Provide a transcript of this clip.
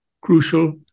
crucial